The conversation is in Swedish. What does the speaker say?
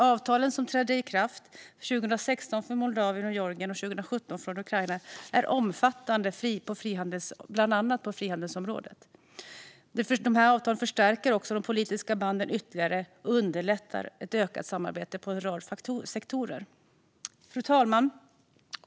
Avtalen, som trädde i kraft 2016 för Moldavien och Georgien och 2017 för Ukraina, är omfattande, bland annat på frihandelsområdet. Avtalen förstärker också de politiska banden ytterligare och underlättar ett ökat samarbete inom en rad sektorer. Fru talman!